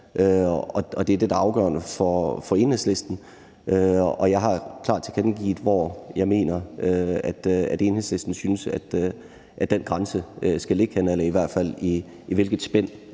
det er det, der er afgørende for Enhedslisten. Og jeg har klart tilkendegivet, hvor jeg mener, at Enhedslisten synes den grænse skal ligge, eller i hvert fald i hvilket spænd